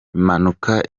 impanuka